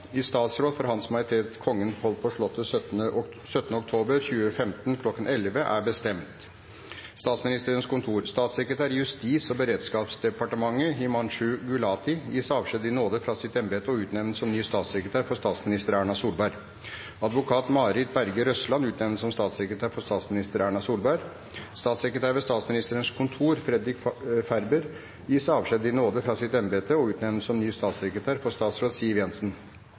«I statsråd for H.M. Kongen holdt på Oslo slott 17. oktober 2014 kl. 11.00 er bestemt: «Statsministerens kontor Statssekretær i Justis- og beredskapsdepartementet Himanshu Gulati gis avskjed i nåde fra sitt embete og utnevnes på ny som statssekretær for statsminister Erna Solberg. Advokat Marit Berger Røsland utnevnes til statssekretær for statsminister Erna Solberg. Statssekretær ved Statsministerens kontor Fredrik Färber gis avskjed i nåde fra sitt embete og utnevnes på ny som statssekretær for statsråd Siv Jensen.